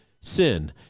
sin